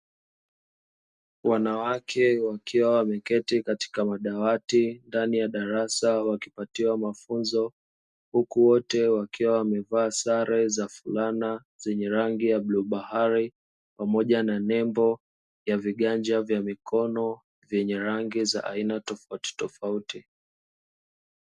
Wanawake wakiwa wameketi katika madawati ndani ya darasa wakipatiwa mafunzo. Huku wote wakiwa wamevaa sare za fulana zenye rangi ya bluu bahari pamoja na nembo ya viganja vya mikono vyenye rangi za aina tofautitofauti.